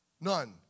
None